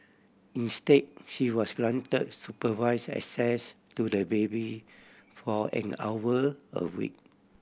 instead she was granted supervised access to the baby for an hour a week